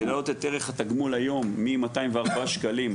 ולהעלות את ערך התגמול, היום 204 שקלים,